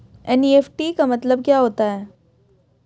NEFT का मतलब क्या होता है?